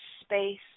space